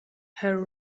her